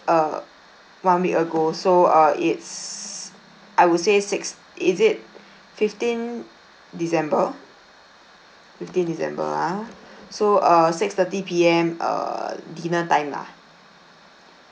uh one week ago so uh it's I would say six is it fifteen december fifteen december ah so uh six thirty P_M err dinner time lah